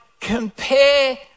compare